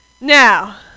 Now